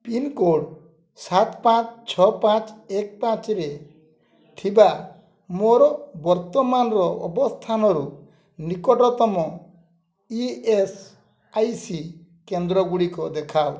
pincode ସାତ ପାଞ୍ଚ ଛଅ ପାଞ୍ଚ ଏକ ପାଞ୍ଚରେ ଥିବା ମୋର ବର୍ତ୍ତମାନର ଅବସ୍ଥାନରୁ ନିକଟତମ ଇ ଏସ୍ ଆଇ ସି କେନ୍ଦ୍ରଗୁଡ଼ିକ ଦେଖାଅ